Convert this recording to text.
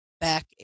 back